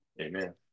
Amen